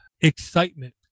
excitement